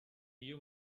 you